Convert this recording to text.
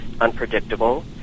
unpredictable